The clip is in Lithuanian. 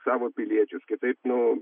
savo piliečius kitaip nu